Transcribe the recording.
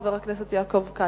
חבר הכנסת יעקב כץ.